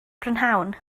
prynhawn